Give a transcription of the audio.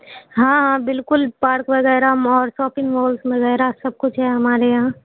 ہاں ہاں بالکل پارک وگیرہ مال ساپنگ مالس وگیرہ سب کچھ ہے ہمارے یہاں